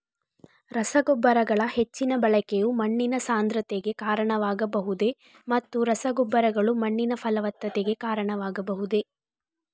ರಸಗೊಬ್ಬರಗಳ ಹೆಚ್ಚಿನ ಬಳಕೆಯು ಮಣ್ಣಿನ ಸಾಂದ್ರತೆಗೆ ಕಾರಣವಾಗಬಹುದೇ ಮತ್ತು ರಸಗೊಬ್ಬರಗಳು ಮಣ್ಣಿನ ಫಲವತ್ತತೆಗೆ ಕಾರಣವಾಗಬಹುದೇ?